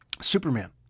Superman